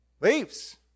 leaves